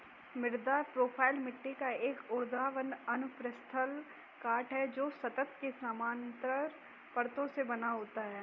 मृदा प्रोफ़ाइल मिट्टी का एक ऊर्ध्वाधर अनुप्रस्थ काट है, जो सतह के समानांतर परतों से बना होता है